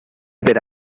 verá